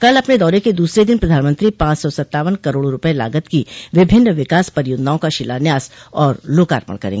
कल अपने दौरे के दूसरे दिन प्रधानमंत्री पांच सौ सत्तावन करोड़ रूपये लागत की विभिन्न विकास परियोजनाओं का शिलान्यास और लोकार्पण करेंगे